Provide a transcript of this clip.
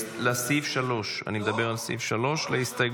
לסעיף 3. אני מדבר על סעיף 3. לא נכון